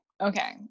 Okay